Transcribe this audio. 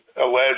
alleged